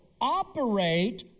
operate